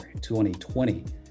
2020